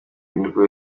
nirwo